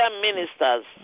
ministers